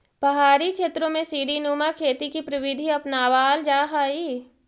पहाड़ी क्षेत्रों में सीडी नुमा खेती की प्रविधि अपनावाल जा हई